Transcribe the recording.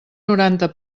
noranta